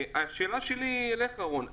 רון,